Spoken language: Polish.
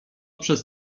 przez